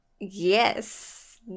Yes